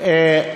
תיתני